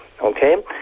okay